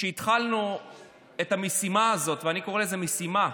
כשהתחלנו את המשימה הזו, ואני קורא לזה משימה,